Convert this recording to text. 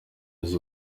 uzi